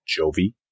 Jovi